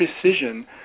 precision